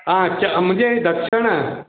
आ म्हणजे दक्षिणा